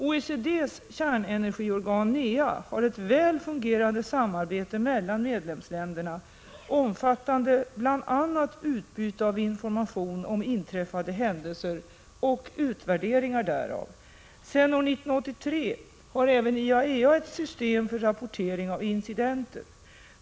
OECD:s kärnenergiorgan NEA har ett väl fungerande samarbete mellan medlemsländerna, omfattande bl.a. utbyte av information om inträffade händelser och utvärderingar därav. Sedan år 1983 har även IAEA ett system för rapportering av incidenter.